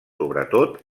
sobretot